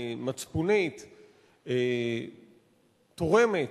מצפונית ותורמת,